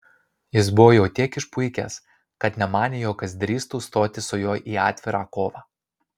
jis buvo jau tiek išpuikęs kad nemanė jog kas drįstų stoti su juo į atvirą kovą